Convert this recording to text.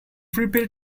prepare